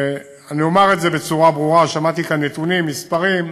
אני אומר את זה בצורה ברורה: שמעתי כאן נתונים מספריים,